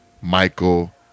Michael